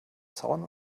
zaun